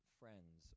friends